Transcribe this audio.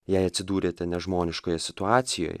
jei atsidūrėte nežmoniškoje situacijoj